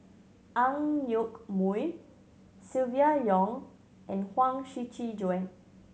Ang Yoke Mooi Silvia Yong and Huang Shiqi Joan